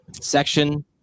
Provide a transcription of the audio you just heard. section